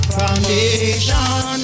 foundation